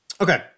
okay